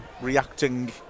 reacting